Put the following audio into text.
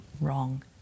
wrong